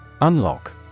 Unlock